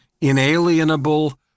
inalienable